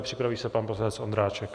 Připraví se pan poslanec Ondráček.